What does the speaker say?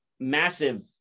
massive